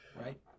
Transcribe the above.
Right